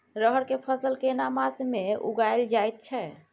रहर के फसल केना मास में उगायल जायत छै?